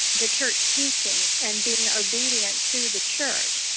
the church teachings, and being obedient to the church.